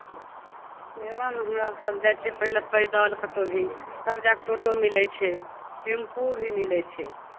सेवामे हमरासभ जाइ छियै पैदल कतहु भी तब जाय कऽ ऑटो मिलै छै टेम्पू भी मिलै छै